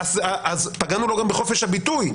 אז פגענו לו בחופש הביטוי,